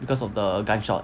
because of the gunshot